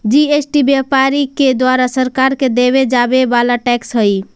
GST व्यापारि के द्वारा सरकार के देवे जावे वाला टैक्स हई